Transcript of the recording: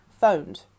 phoned